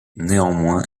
néanmoins